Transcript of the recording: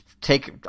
Take